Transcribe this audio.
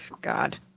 God